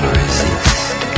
resist